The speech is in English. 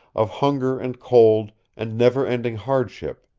of hunger and cold and never ending hardship,